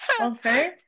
Okay